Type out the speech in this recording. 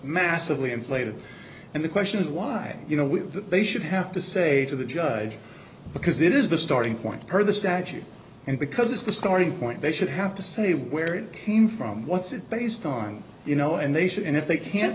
massively inflated and the question is why you know with that they should have to say to the judge because it is the starting point per the statute and because it's the starting point they should have to say where it came from what's it based on you know and they should and if they can't